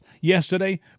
yesterday